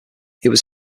was